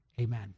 amen